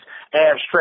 abstract